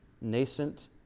nascent